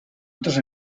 otras